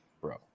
Bro